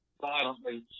violently